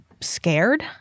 scared